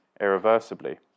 irreversibly